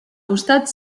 costat